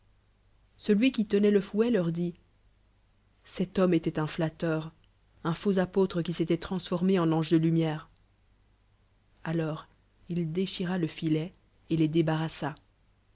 celui qui tenoit le fouet leur dit cet homme étoitun üalteur un faux apôtre qui s'étoit transformé en ange de lumière alors il déchira le hiet et les débarrassa